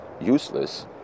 useless